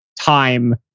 time